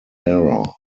error